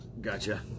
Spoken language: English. gotcha